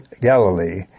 Galilee